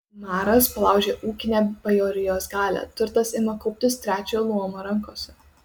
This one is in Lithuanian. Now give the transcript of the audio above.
maras palaužia ūkinę bajorijos galią turtas ima kauptis trečiojo luomo rankose